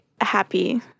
happy